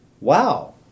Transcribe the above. wow